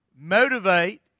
motivate